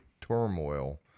turmoil